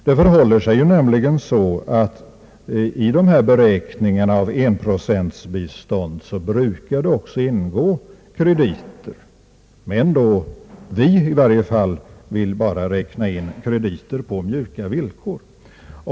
Det förhåller sig nämligen så att i beräkningarna av 1 YZo-bistånd brukar också ingå krediter, men vi i varje fall vill bara räkna in krediter på mjuka villkor.